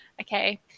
Okay